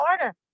order